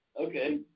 okay